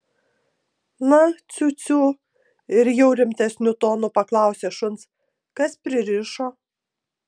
na ciu ciu ir jau rimtesniu tonu paklausė šuns kas pririšo